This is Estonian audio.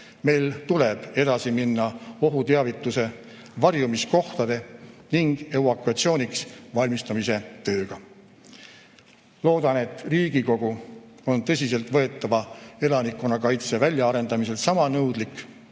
meil tuleb edasi minna ohuteavituse, varjumiskohtade ning evakuatsiooniks valmistumise tööga. Loodan, et Riigikogu on tõsiselt võetava elanikkonnakaitse väljaarendamisel sama nõudlik,